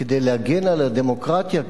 כדי להגן על הדמוקרטיה,